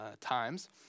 times